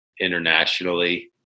internationally